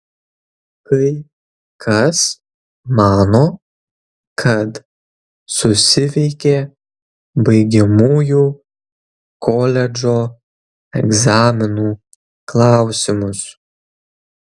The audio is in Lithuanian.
kai kas mano kad susiveikė baigiamųjų koledžo egzaminų klausimus